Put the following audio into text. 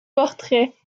portraits